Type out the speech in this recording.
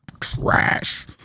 trash